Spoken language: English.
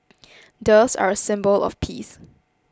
doves are a symbol of peace